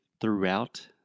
throughout